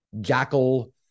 jackal